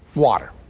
water.